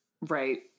Right